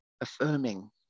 affirming